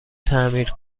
تعمیر